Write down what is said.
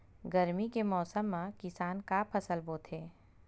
गरमी के मौसम मा किसान का फसल बोथे?